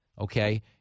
Okay